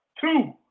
two